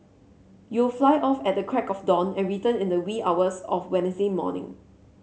you'll fly off at the crack of dawn and return in the wee hours of Wednesday morning